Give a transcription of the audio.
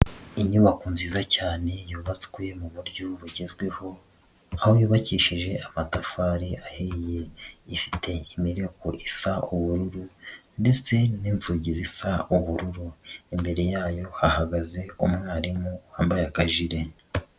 Inyubako nziza cyane yubatswe mu buryo bugezweho aho yubakishije amatafari ahiye, ifite imireko isa ubururu ndetse n'inzugi zisa ubururu, imbere yayo hahagaze umwarimu wambaye akajile.